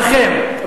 השלטון שלכם.